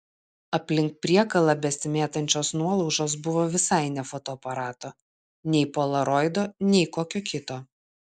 aplink priekalą besimėtančios nuolaužos buvo visai ne fotoaparato nei polaroido nei kokio kito